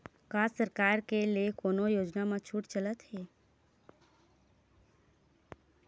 का सरकार के ले कोनो योजना म छुट चलत हे?